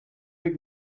week